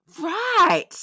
Right